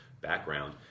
background